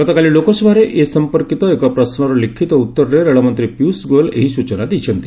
ଗତକାଲି ଲୋକସଭାରେ ଏ ସମ୍ପର୍କୀତ ଏକ ପ୍ରଶ୍ନର ଲିଖିତ ଉତ୍ତରରେ ରେଳମନ୍ତ୍ରୀ ପିୟୁଷ ଗୋଏଲ ଏହି ସୂଚନା ଦେଇଛନ୍ତି